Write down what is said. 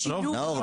לא.